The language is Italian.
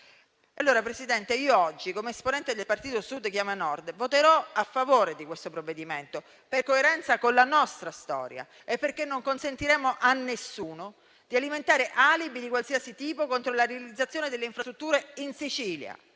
signora Presidente, come esponente del partito Sud chiama Nord voterò a favore del provvedimento per coerenza con la nostra storia e perché non consentiremo a nessuno di alimentare alibi di qualsiasi tipo contro la realizzazione delle infrastrutture in Sicilia.